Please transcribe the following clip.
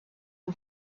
who